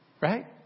Right